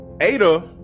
Ada